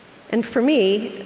and for me,